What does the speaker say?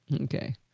Okay